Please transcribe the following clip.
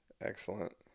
Excellent